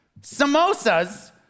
Samosas